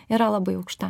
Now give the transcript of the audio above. yra labai aukšta